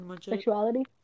Sexuality